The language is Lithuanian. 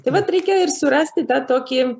tai vat reikia ir surasti tą tokį